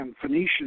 Phoenician